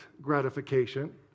gratification